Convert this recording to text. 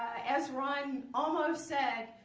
as ron almost said,